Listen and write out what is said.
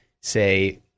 say